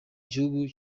gihugu